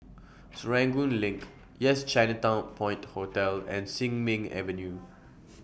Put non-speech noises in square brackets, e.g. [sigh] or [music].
[noise] Serangoon [noise] LINK Yes Chinatown Point Hotel and Sin [noise] Ming Avenue [noise]